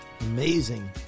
Amazing